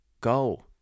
Go